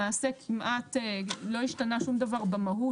למעשה כמעט לא השתנה שום דבר במהות.